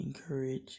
encourage